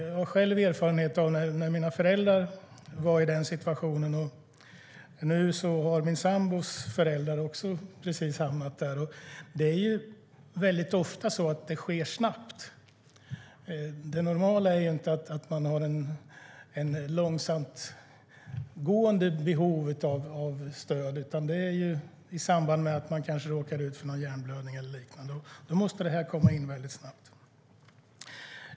Jag har själv erfarenhet av när mina föräldrar var i den situationen, och nu har min sambos föräldrar också precis hamnat där. Det sker ofta snabbt. Det normala är inte att man har ett långsamgående behov av stöd, utan det är i samband med att man råkar ut för en hjärnblödning eller liknande. Då måste det komma in väldigt snabbt.